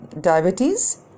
diabetes